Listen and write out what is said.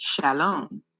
shalom